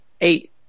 Eight